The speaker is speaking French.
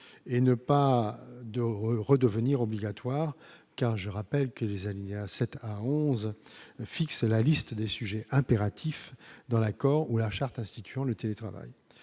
et ne pas de redevenir obligatoire car je rappelle que les alinéas 7 à 11 fixe la liste des sujets impératif dans l'accord ou la charte instituant le télétravail,